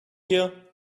you